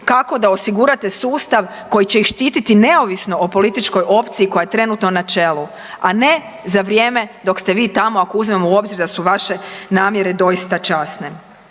kako da osigurate sustav koji će ih štititi neovisno o političkoj opciji koja je trenutno na čelu, a ne za vrijeme dok ste vi tamo ako uzmemo u obzir da su vaše namjere doista časne.